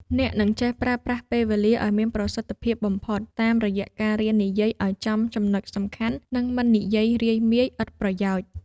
អ្នកនឹងចេះប្រើប្រាស់ពេលវេលាឱ្យមានប្រសិទ្ធភាពបំផុត តាមរយៈការរៀននិយាយឱ្យចំចំណុចសំខាន់ និងមិននិយាយរាយមាយឥតប្រយោជន៍។